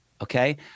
okay